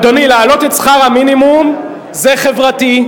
אדוני, להעלות את שכר המינימום זה חברתי.